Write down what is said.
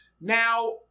Now